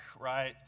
right